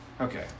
Okay